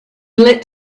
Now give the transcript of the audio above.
lit